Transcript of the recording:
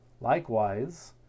likewise